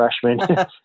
freshman